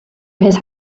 his